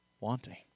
wanting